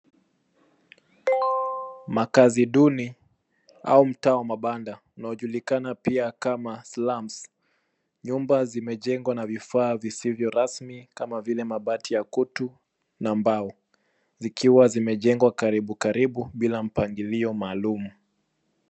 Makaazi duni au mtaa wa mabanda unaojulikana pia kama slums . Nyumba zimejengwa na vifaa visivyo rasmi kama vile mabati ya kutu na mbao, zikiwa zimejengwa karibu karibu bila mpangilio maalum.